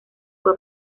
fue